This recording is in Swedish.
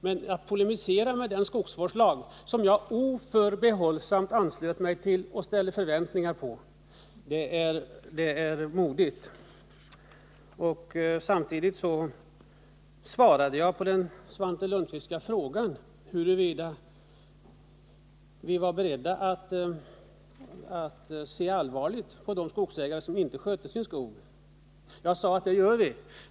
Men att polemisera mot den skogsvårdslag som jag oförbehållsamt anslöt mig till och ställde förväntningar på är modigt. Samtidigt svarade jag på Svante Lundkvists fråga huruvida vi var beredda att se allvarligt på de skogsägare som inte sköter sin skog. Jag sade att det gör vi.